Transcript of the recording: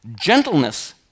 Gentleness